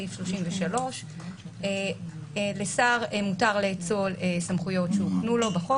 סעיף 33. לשר מותר לאצול סמכויות שהוקנו לו בחוק,